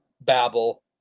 babble